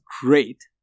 great